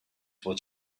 what